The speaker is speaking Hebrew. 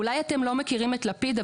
אולי אתם לא מכירים את לפיד,